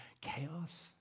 chaos